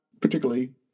particularly